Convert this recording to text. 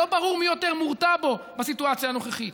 לא ברור מי יותר מורתע בו בסיטואציה הנוכחית.